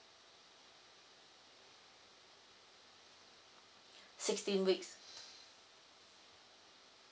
sixteen weeks